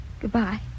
Goodbye